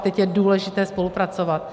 Teď je důležité spolupracovat.